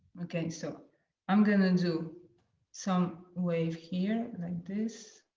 okay, so i'm gonna do some wave here like this.